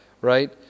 Right